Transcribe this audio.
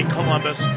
Columbus